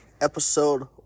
Episode